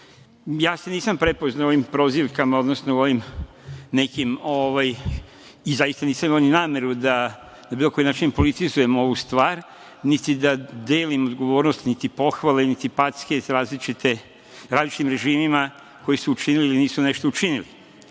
se prepoznao u ovim prozivkama i zaista nisam imao ni nameru da na bilo koji način politizujem ovu stvar, niti da delim odgovornost, niti pohvale, niti packe različitim režimima koji su učinili ili nisu nešto učinili. Mi